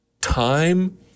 time